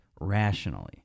rationally